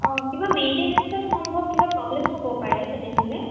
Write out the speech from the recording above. অঁ কিবা মেইনটেনেঞ্চত সম্ভৱ কিবা প্ৰব্লেম হ'ব পাৰে তেনেহ'লে